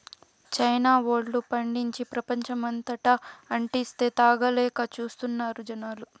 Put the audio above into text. China వోల్లు పండించి, ప్రపంచమంతటా అంటిస్తే, తాగలేక చస్తున్నారు జనాలు